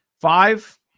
Five